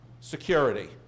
security